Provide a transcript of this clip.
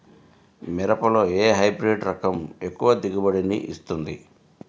మిరపలో ఏ హైబ్రిడ్ రకం ఎక్కువ దిగుబడిని ఇస్తుంది?